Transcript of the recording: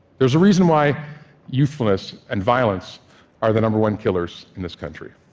there's a reason why youthfulness and violence are the number one killers in this country.